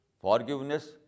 forgiveness